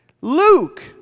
Luke